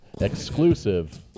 exclusive